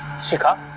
shikha.